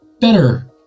better